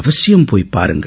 அவசியம் போய் பாருங்கள்